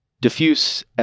diffuse